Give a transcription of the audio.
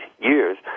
years